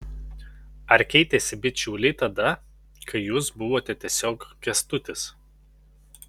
ar keitėsi bičiuliai tada kai jūs buvote tiesiog kęstutis